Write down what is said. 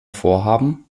vorhaben